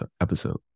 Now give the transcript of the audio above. episode